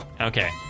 Okay